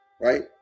right